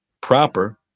proper